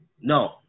No